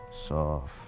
soft